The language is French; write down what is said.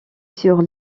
sur